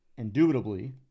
indubitably